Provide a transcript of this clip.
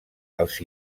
els